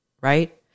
right